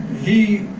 he